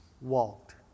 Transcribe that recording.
walked